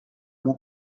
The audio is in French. mon